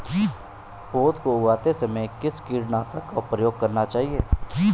पौध को उगाते समय किस कीटनाशक का प्रयोग करना चाहिये?